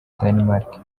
danemark